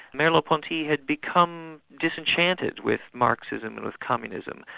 merleau-ponty had become disenchanted with marxism and with communism.